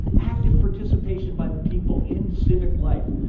active participation by the people in civic life,